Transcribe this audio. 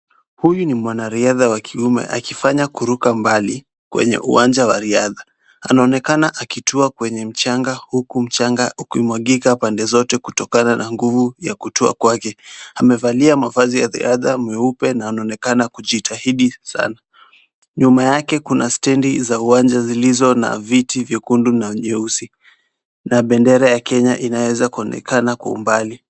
Huyu ni mwanariadha wa kiume akifanya kuruka mbali kwenye uwanja wa riadha. Anaonekana akitua kwenye mchanga huku mchanga ukimwagika pande zote kutokana na nguvu ya kutua kwake. Amevalia mavazi ya riadha meupe na anaonekana kujitahidi sana. Nyuma yake kuna stendi za uwanja zilizo na viti vyekundu na nyeusi na bendera ya Kenya inaweza kuonekana kwa umbali.